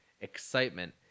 excitement